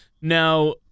Now